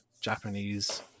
Japanese